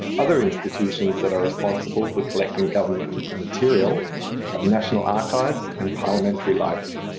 other institutions that are responsible for collecting government material are the national archives and parliamentary library.